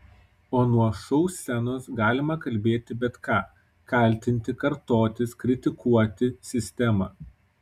o nuo šou scenos galima kalbėti bet ką kaltinti kartotis kritikuoti sistemą